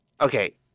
Okay